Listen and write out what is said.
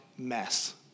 mess